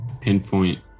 pinpoint